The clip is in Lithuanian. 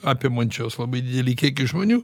apimančios labai didelį kiekį žmonių